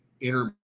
inter